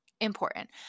important